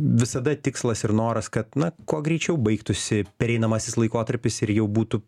visada tikslas ir noras kad na kuo greičiau baigtųsi pereinamasis laikotarpis ir jau būtų